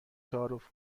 تعارف